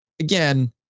again